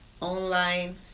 online